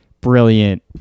brilliant